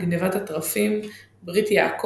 בסופו של דבר אלהים שומע אל רחל וגם היא יולדת בן,